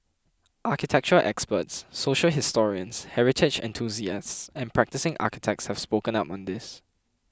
architectural experts social historians heritage enthusiasts and practising architects have spoken up on this